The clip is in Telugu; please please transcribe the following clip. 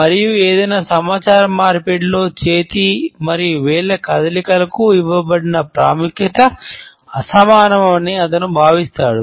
మరియు ఏదైనా సమాచార మార్పిడిలో చేతి మరియు వేళ్ల కదలికలకు ఇవ్వబడిన ప్రాముఖ్యత అసమానమని అతను భావిస్తాడు